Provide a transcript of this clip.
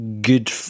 good